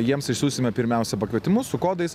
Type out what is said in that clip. jiems išsiųsime pirmiausia pakvietimus su kodais